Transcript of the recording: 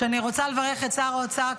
אני רוצה לברך את שר האוצר,